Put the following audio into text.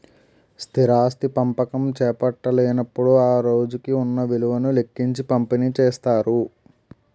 స్థిరాస్తి పంపకం చేపట్టేటప్పుడు ఆ రోజుకు ఉన్న విలువను లెక్కించి పంపిణీ చేస్తారు